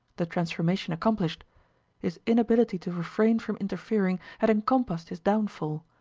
the transformation accomplished his inability to refrain from interfering had encompassed his downfall,